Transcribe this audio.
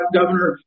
Governor